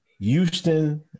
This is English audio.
Houston